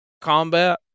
combat